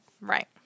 Right